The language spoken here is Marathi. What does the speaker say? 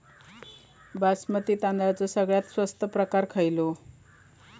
बासमती तांदळाचो सगळ्यात स्वस्त प्रकार खयलो?